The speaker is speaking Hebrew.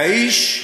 והאיש,